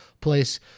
Place